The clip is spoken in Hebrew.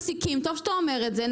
טוב שאתה אומר את זה.